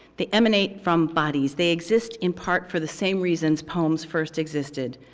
they emanate from bodies, they exist in part for the same reasons poems first existed,